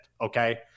Okay